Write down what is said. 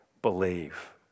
Believe